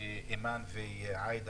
אימאן ועאידה,